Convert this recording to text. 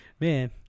Man